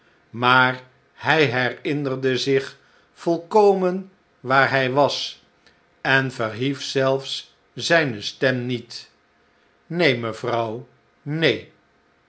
maar hij herinnerde zich volkomen waar hij was en verhief zelfs zijne stem ntet neen mevrouw neen